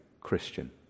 Christian